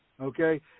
okay